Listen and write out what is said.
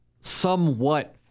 somewhat